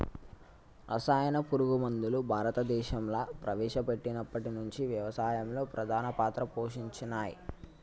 రసాయన పురుగు మందులు భారతదేశంలా ప్రవేశపెట్టినప్పటి నుంచి వ్యవసాయంలో ప్రధాన పాత్ర పోషించినయ్